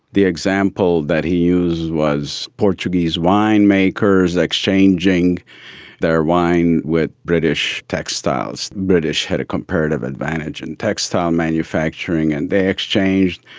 the example that he used was portuguese winemakers exchanging their wine with british textiles. the british had a comparative advantage in textile manufacturing, and they exchanged,